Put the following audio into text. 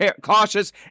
cautious